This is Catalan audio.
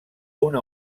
una